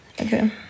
okay